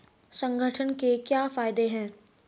संगठन के क्या फायदें हैं?